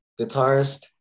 guitarist